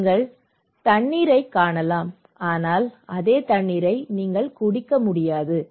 நீங்கள் தண்ணீரைக் காணலாம் ஆனால் அதே தண்ணீரை நீங்கள் குடிக்க முடியாது